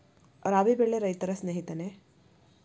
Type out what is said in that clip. ರಾಬಿ ಬೆಳೆ ರೈತರ ಸ್ನೇಹಿತನೇ?